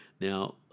Now